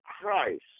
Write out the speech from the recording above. Christ